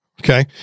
Okay